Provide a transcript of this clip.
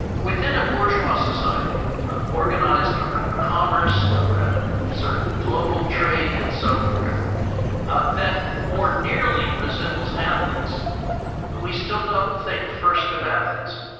within a bourgeois society organized around commerce, around sort of global trade and so forth that more nearly resembles athens we still don't think first of athens.